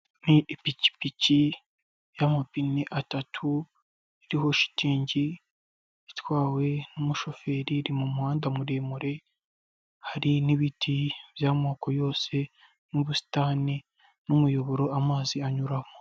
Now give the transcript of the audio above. Ipikipiki y'amapine atatu uriho shitingi, itwawe n'umushoferi iri mu muhanda muremure, hari n'ibiti by'amoko yose n'ubusitani n'umuyoboro amazi anyumo.